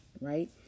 right